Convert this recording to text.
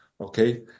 Okay